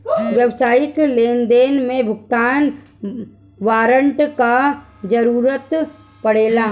व्यावसायिक लेनदेन में भुगतान वारंट कअ जरुरत पड़ेला